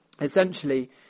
essentially